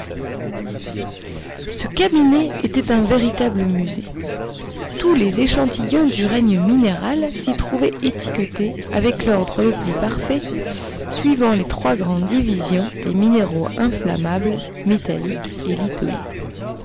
ce cabinet était un véritable musée tous les échantillons du règne minéral s'y trouvaient étiquetés avec l'ordre le plus parfait suivant les trois grandes divisions des minéraux inflammables métalliques et